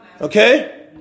Okay